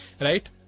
right